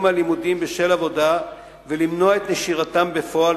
מהלימודים בשל עבודה ולמנוע את נשירתם בפועל,